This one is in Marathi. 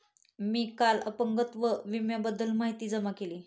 मी काल अपंगत्व विम्याबद्दल माहिती जमा केली